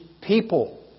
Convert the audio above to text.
people